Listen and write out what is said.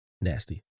Nasty